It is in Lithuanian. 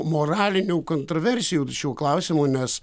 moralinių kontroversijų ir šiuo klausimu nes